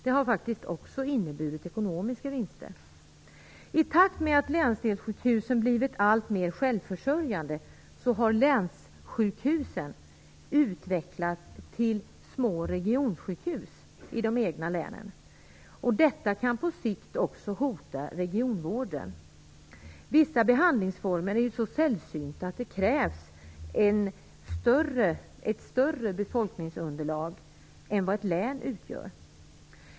Det har faktiskt också inneburit ekonomiska vinster. I takt med att länsdelssjukhusen blivit alltmer självförsörjande har länssjukhusen utvecklats till små regionsjukhus i de egna länen. Detta kan på sikt också hota regionvården. Vissa behandlingsformer är ju så sällsynta att det krävs ett större befolkningsunderlag än vad ett län utgör.